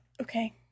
Okay